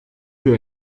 für